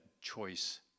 choice